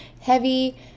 Heavy